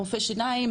רופא שיניים,